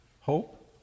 hope